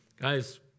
Guys